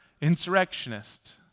Insurrectionist